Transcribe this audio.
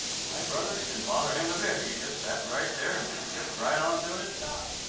my brother, it didn't bother him a bit, he just sat right there and just kept right on doing his job.